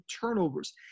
turnovers